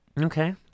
Okay